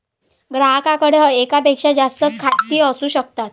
ग्राहकाकडे एकापेक्षा जास्त खाती असू शकतात